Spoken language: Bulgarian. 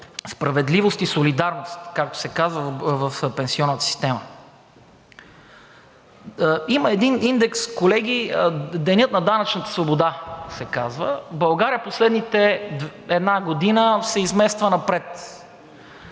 справедливост и солидарност, както се казва в пенсионната система. Има един индекс, колеги, Денят на данъчната свобода се казва. В България последната една година се измества напред.